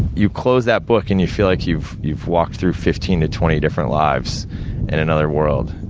you close that book, and you feel like you've you've walked through fifteen to twenty different lives in another world.